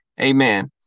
Amen